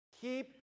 Keep